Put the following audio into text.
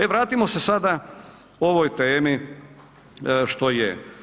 E vratimo se sada ovoj temi što je.